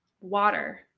Water